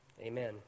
Amen